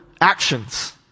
actions